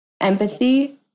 empathy